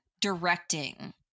directing